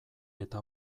eta